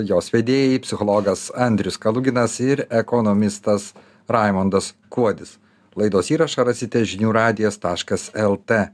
jos vedėjai psichologas andrius kaluginas ir ekonomistas raimundas kuodis laidos įrašą rasite žinių radijas taškas lt